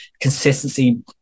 consistency